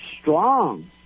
strong